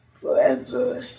forever